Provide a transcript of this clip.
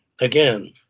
again